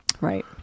Right